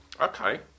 Okay